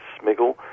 Smiggle